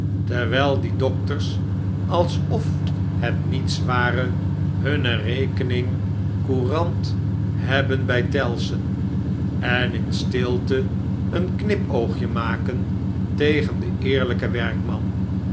terwijl die dokters alsof het niets ware hunne rekeningcourant hebben by tellson en instilteeen knipoogje maken tegen den eerlijken werkman